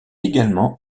également